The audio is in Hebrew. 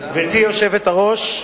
גברתי היושבת-ראש,